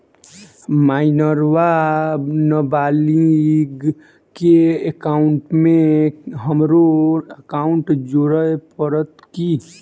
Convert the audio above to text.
Minor वा नबालिग केँ एकाउंटमे हमरो एकाउन्ट जोड़य पड़त की?